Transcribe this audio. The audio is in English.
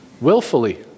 Willfully